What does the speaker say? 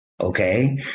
Okay